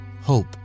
hope